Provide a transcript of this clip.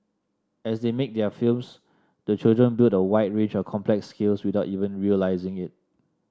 as they make their films the children build a wide range of complex skills without even realising it